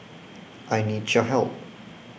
I need your help